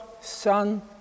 Son